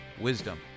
Wisdom